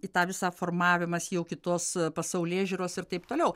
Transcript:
į tą visą formavimąsi jau kitos pasaulėžiūros ir taip toliau